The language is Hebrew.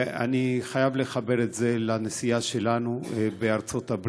ואני חייב לחבר את זה לנסיעה שלנו לארצות-הברית,